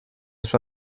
sua